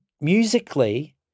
musically